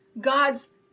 God's